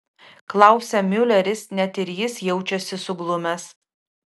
klausia miuleris net ir jis jaučiasi suglumęs